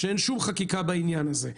שאין שום חקיקה בעניין הזה.